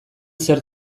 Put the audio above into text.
zer